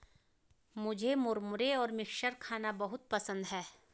मुझे मुरमुरे और मिक्सचर खाना बहुत पसंद है